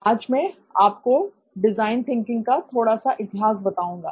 आज मैं आपको डिजाइन थिंकिंग का थोड़ा सा इतिहास बताऊंगा